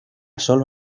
solo